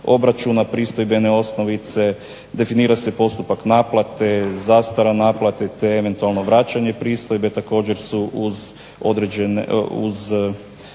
pristojbene osnovice, definira se postupak naplate, zastara naplate te eventualno vraćanje pristojbe, također su uz određene, uz